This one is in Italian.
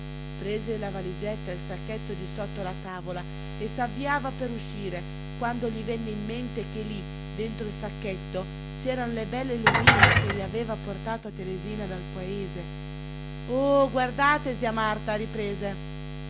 prese la valigetta e il sacchettino di sotto la tavola e s'avviava per uscire quando gli venne in mente che lí dentro il sacchetto c'eran le belle lumíe ch'egli aveva portato a teresina dal paese oh guardate zia marta riprese